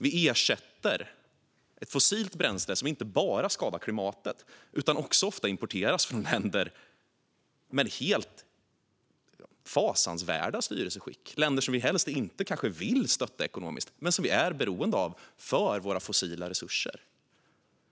Vi ersätter ett fossilt bränsle som inte bara skadar klimatet utan också ofta importeras från länder med helt fasansvärda styrelseskick, länder som vi helst kanske inte vill stötta ekonomiskt men som vi är beroende av för våra fossila resurser.